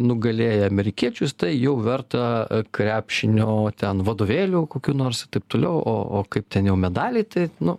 nugalėję amerikiečius tai jau verta krepšinio ten vadovėlių kokių nors ir taip toliau o o kaip ten jau medaliai tai nu